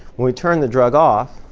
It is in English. when we turn the drug off,